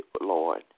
Lord